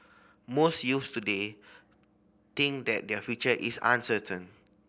most youths today think that their future is uncertain